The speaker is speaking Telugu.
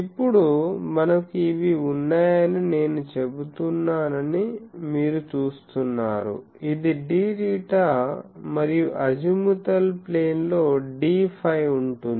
ఇప్పుడు మనకు ఇవి ఉన్నాయని నేను చెబుతున్నానని మీరు చూస్తున్నారు ఇది dθ మరియు అజిముతల్ ప్లేన్ లో dφ ఉంటుంది